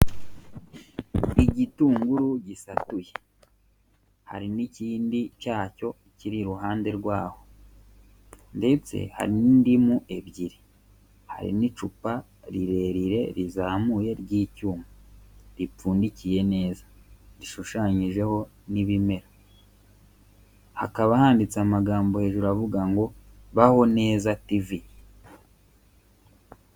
Igitunguru gisatuye, hari n'ikindi cyacyo kiri iruhande rwaho ndetse hari n'indimu ebyiri, hari n'icupa rirerire rizamuye ry'icyuma ripfundikiye neza, rishushanyijeho n'ibimera, hakaba handitseho amagambo hejuru avuga ngo Baho neza Tv.